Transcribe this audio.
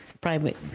private